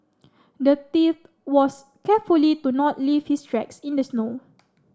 the thief was carefully to not leave his tracks in the snow